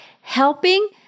helping